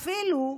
אפילו,